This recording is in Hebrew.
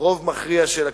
רוב מכריע של הכיסאות.